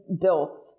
built